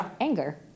anger